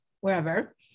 wherever